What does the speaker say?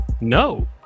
No